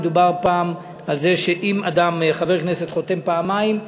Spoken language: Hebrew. מדובר הפעם על זה שאם חבר כנסת חותם פעמיים,